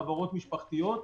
חברות משפחתיות.